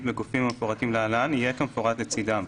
בגופים המפורטים להלן יהיה כמפורט לצדם: